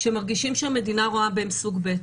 והם מרגישים שהמדינה רואה בהם סוג ב'.